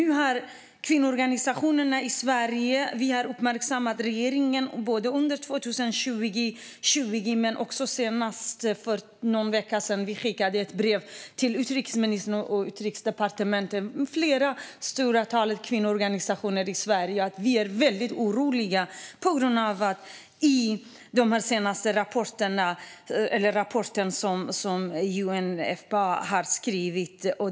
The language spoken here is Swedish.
Flera stora kvinnoorganisationer i Sverige har, både under 2020 och för någon vecka sedan, då vi skickade ett brev till utrikesministern och Utrikesdepartementet, uppmärksammat regeringen på att vi är väldigt oroliga på grund av den senaste rapport som UNFPA har skrivit.